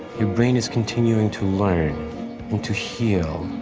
your brain is continuing to learn and to heal.